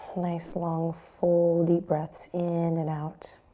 nice, long, full deep breaths in and out.